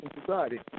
society